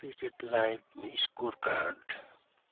cricket live scorecard